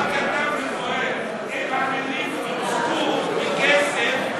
תראה מה כתב זוהיר: אם המילים נוצקו מכסף,